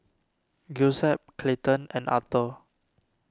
Giuseppe Clayton and Arthor